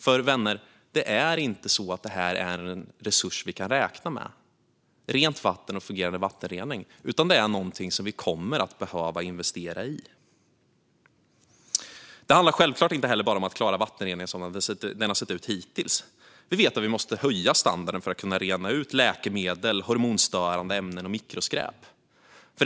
Rent vatten och en fungerande vattenrening, mina vänner, är nämligen inte en resurs som vi kan räkna med, utan det är någonting som vi kommer att behöva investera i. Det handlar självklart inte heller bara om att klara vattenreningen som den sett ut hittills. Vi vet att vi måste höja standarden för att kunna rena ut läkemedel, hormonstörande ämnen och mikroskräp.